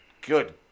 good